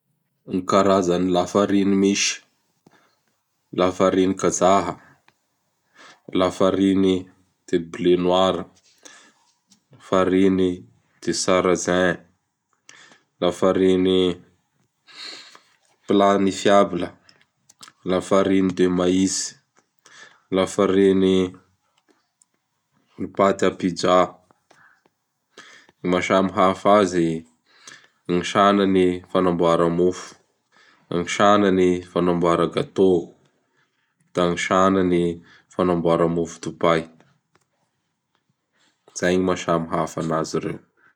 Gn karazan'ny Lafariny misy: Lafariny Kajaha, Lafariny de blé noir, Lafariny de Sarasin, Lafariny planifiable, Lafariny de Maîs, Lafariny patte à Pizza. Ny maha samihafa azy: gny sanany fanamboara mofo, gny sanany fagnamboara gâteau, da gny sanany fagnamboara mofo dopay. Zay ny maha samihafa anazy reo.